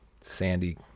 sandy